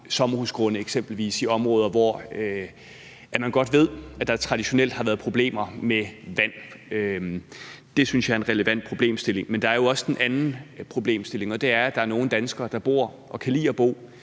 sommerhusgrunde eksempelvis i områder, hvor man godt ved at der traditionelt har været problemer med vand. Det synes jeg er en relevant problemstilling. Men der er jo også den anden problemstilling, og det er, at der er nogle danskere, der bor og kan lide at bo